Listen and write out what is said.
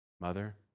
Mother